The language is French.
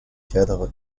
cadre